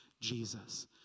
Jesus